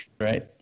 right